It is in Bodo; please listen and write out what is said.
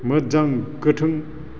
मोजां गोथों